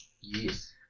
Yes